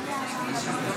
על המערה --- רגע,